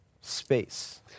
Space